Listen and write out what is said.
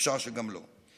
אפשר שגם לא.